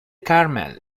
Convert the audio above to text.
caramel